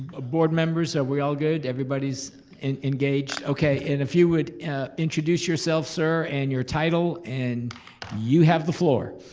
ah board members are we all good, everybody's and engaged? okay and if you would introduce yourself sir and your title and you have the floor.